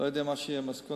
אני לא יודע מה יהיו המסקנות,